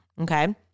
okay